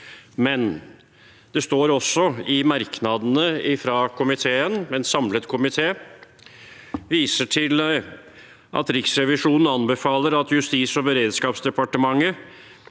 Men det står også i merknadene fra komiteen at en samlet komité viser til at Riksrevisjonen anbefaler at Justis- og beredskapsdepartementet